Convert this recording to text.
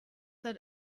that